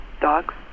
dogs